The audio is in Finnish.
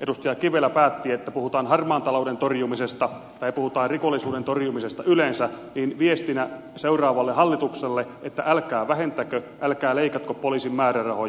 edustaja kivelä päätti että kun puhutaan harmaan talouden torjumisesta tai puhutaan rikollisuuden torjumisesta yleensä niin viestinä seuraavalle hallitukselle että älkää vähentäkö älkää leikatko poliisin määrärahoja